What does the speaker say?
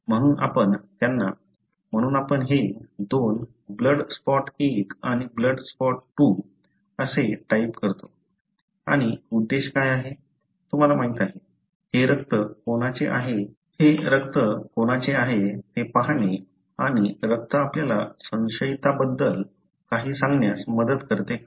म्हणून आपण त्यांना म्हणून आपण हे दोन ब्लड स्पॉट 1 आणि ब्लड स्पॉट 2 असे टाईप करतो आणि उद्देश काय आहे तुम्हाला माहिती आहे हे रक्त कोणाचे आहे ते पहा आणि रक्त आपल्याला संशयिताबद्दल काही सांगण्यास मदत करते का